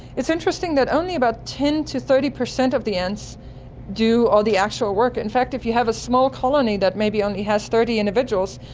it's interesting that only about ten percent to thirty percent of the ants do all the actual work. in fact if you have a small colony that maybe only has thirty individuals,